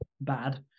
bad